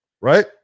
Right